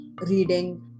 reading